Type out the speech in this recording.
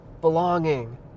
belonging